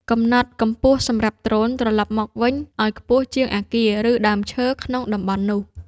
កំណត់កម្ពស់សម្រាប់ដ្រូនត្រលប់មកវិញ ឱ្យខ្ពស់ជាងអាគារ ឬដើមឈើក្នុងតំបន់នោះ។